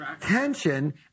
tension